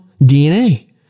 DNA